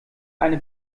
eine